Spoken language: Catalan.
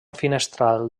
finestral